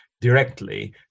directly